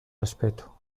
respeto